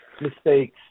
mistakes